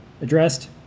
addressed